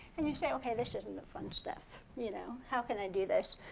and you say, okay, this isn't the fun stuff. you know how can i do this?